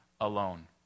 alone